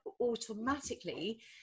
automatically